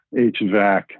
HVAC